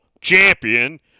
champion